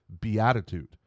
beatitude